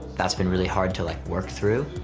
that's been really hard to, like, work through,